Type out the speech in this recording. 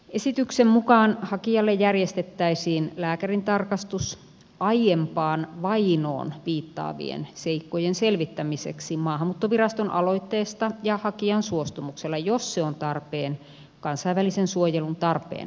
esityksen mukaan hakijalle järjestettäisiin lääkärintarkastus aiempaan vainoon viittaavien seikkojen selvittämiseksi maahanmuuttoviraston aloitteesta ja hakijan suostumuksella jos se on tarpeen kansainvälisen suojelun tarpeen arvioinnissa